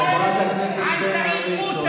חברת הכנסת בן ארי,